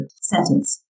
sentence